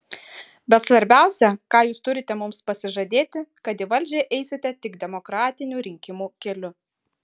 bet svarbiausia ką jūs turite mums pasižadėti kad į valdžią eisite tik demokratinių rinkimų keliu